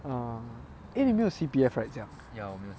ah eh 你没有 C_P_F right 这样